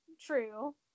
true